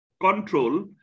control